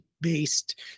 based